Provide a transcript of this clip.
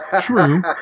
true